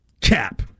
Cap